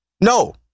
No